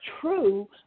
true